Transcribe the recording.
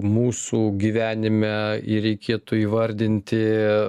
mūsų gyvenime jį reikėtų įvardinti a